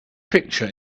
picture